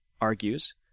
argues